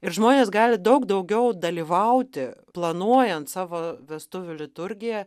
ir žmonės gali daug daugiau dalyvauti planuojant savo vestuvių liturgiją